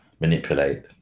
manipulate